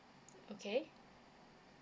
okay